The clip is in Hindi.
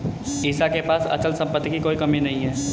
ईशा के पास अचल संपत्ति की कोई कमी नहीं है